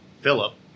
Philip